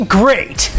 great